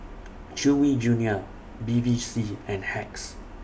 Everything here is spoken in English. Chewy Junior Bevy C and Hacks